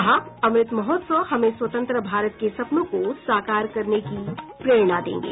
कहा अमृत महोत्सव हमें स्वतंत्र भारत के सपनों को साकार करने की प्रेरणा देंगे